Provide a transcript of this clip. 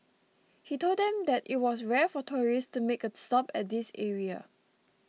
he told them that it was rare for tourists to make a stop at this area